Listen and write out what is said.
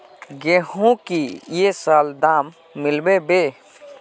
गेंहू की ये साल दाम मिलबे बे?